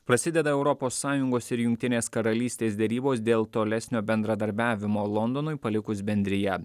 prasideda europos sąjungos ir jungtinės karalystės derybos dėl tolesnio bendradarbiavimo londonui palikus bendriją